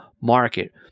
market